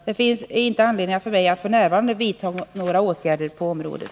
Det finns inte anledning för mig att f. n. vidta några åtgärder på området.